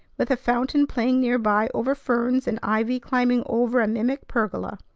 with a fountain playing nearby over ferns, and ivy climbing over a mimic pergola.